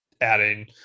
adding